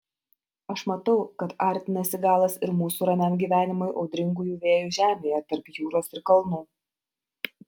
aš matau kad artinasi galas ir mūsų ramiam gyvenimui audringųjų vėjų žemėje tarp jūros ir kalnų